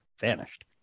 vanished